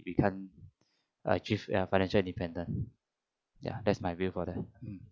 we can't achieve ya financial independence ya that's my view for that mm